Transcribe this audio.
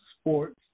sports